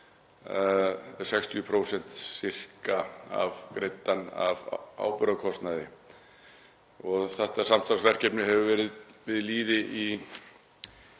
60% sirka, greiddan af áburðarkostnaði. Þetta samstarfsverkefni hefur verið við lýði í